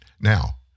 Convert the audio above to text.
Now